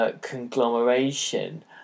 conglomeration